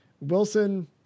Wilson